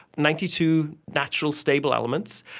ninety two natural stable elements,